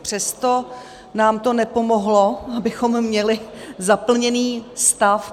Přesto nám to nepomohlo, abychom měli zaplněný stav.